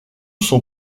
son